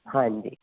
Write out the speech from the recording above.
ਹਾਂਜੀ